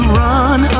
run